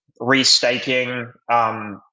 restaking